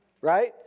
right